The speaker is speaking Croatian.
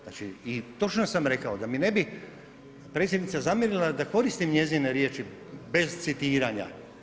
Znači i točno sam rekao da mi ne bi predsjednica zamjerila da koristim njezine riječi bez citiranja.